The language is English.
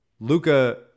Luca